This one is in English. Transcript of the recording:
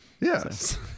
Yes